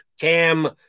Cam